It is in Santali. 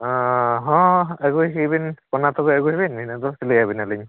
ᱚᱻ ᱦᱚᱸ ᱟᱹᱜᱩᱭ ᱵᱤᱱ ᱚᱱᱟ ᱛᱚᱵᱮ ᱟᱹᱜᱩᱭ ᱵᱤᱱ ᱤᱱᱟᱹᱫᱚ ᱥᱤᱞᱟᱹᱭ ᱟᱵᱮᱱᱟᱞᱤᱧ